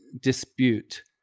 dispute